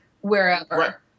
wherever